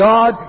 God